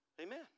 Amen